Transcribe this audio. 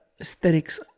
aesthetics